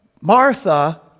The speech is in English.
Martha